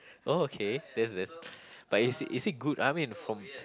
okay yes yes but is is it good I mean from